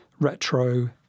retro